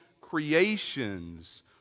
creations